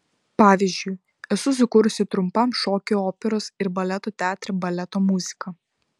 pavyzdžiui esu sukūrusi trumpam šokiui operos ir baleto teatre baleto muziką